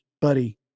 buddy